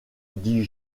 dis